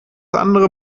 andere